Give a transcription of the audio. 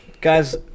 guys